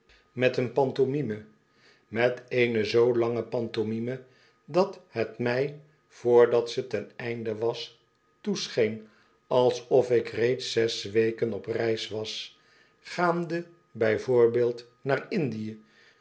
over een goedkoopen schouwburg tomimo met eene zoo lange pantomime dat het mij vrdat ze ten einde was toescheen alsof ik reeds zes weleen op reis was gaande bij voorbeeld naar indiö